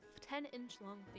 ten-inch-long